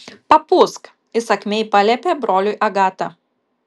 papūsk įsakmiai paliepė broliui agata